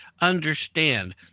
understand